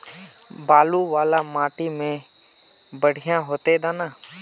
बालू वाला माटी में बढ़िया होते दाना?